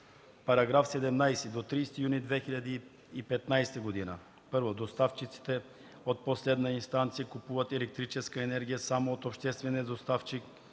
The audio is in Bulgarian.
и 20: „§ 17. До 30 юни 2015 г.: 1. доставчиците от последна инстанция купуват електрическа енергия само от обществения доставчик